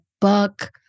book